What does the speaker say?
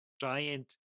giant